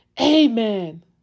amen